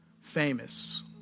famous